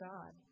God